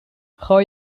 gooi